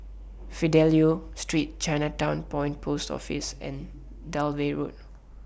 Fidelio Street Chinatown Point Post Office and Dalvey Road